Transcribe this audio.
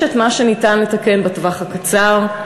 יש את מה שניתן לתקן בטווח הקצר,